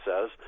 says